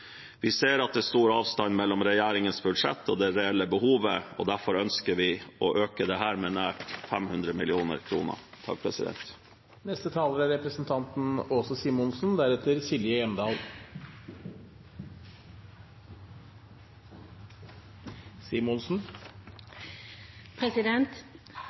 Vi ser at det er stor avstand mellom regjeringens budsjett og det reelle behovet, derfor ønsker vi å øke dette med nær 500 mill. kr. Av alle utfordringer vi står overfor, er